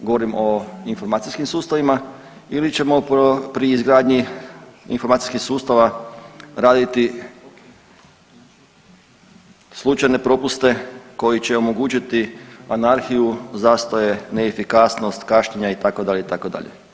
Govorim o informacijskim sustavima ili ćemo pri izgradnji informacijskih sustava raditi slučajne propuste koji će omogućiti anarhiju, zastoje, neefikasnost kašnjenja itd. itd.